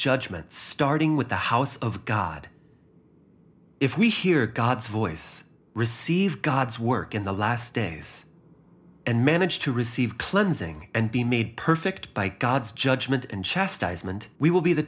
judgment starting with the house of god if we hear god's voice receive god's work in the last days and manage to receive cleansing and be made perfect by god's judgment and chastisement we will be the